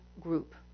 group